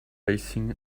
racing